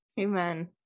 Amen